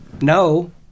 No